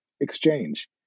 exchange